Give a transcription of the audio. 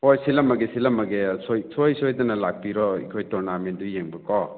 ꯑꯣ ꯁꯤꯜꯂꯝꯃꯒꯦ ꯁꯤꯜꯂꯝꯃꯒꯦ ꯁꯨꯡꯁꯣꯏ ꯁꯣꯏꯗꯅ ꯂꯥꯛꯄꯤꯔꯣ ꯑꯩꯈꯣꯏ ꯇꯣꯔꯅꯥꯃꯦꯟꯗꯣ ꯌꯦꯡꯕꯀꯣ